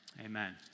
Amen